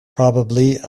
probably